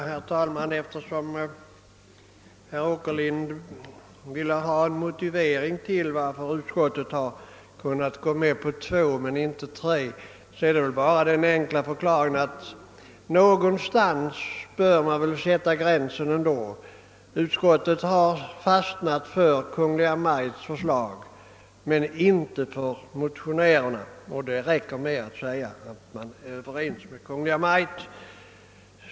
Herr talman! Herr Åkerlind ville höra motiveringen till att utskottet har ansett sig kunna gå med på en höjning med 2 men inte med 3 miljoner kronor. Den enkla förklaringen är den, att någonstans måste ändå gränsen sättas. Utskottet har fastnat för Kungl. Maj:ts förslag, inte för motionärernas, och då räcker det med att utskottet säger att man biträder Kungl. Maj:ts förslag.